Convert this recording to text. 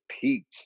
peaked